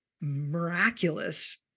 miraculous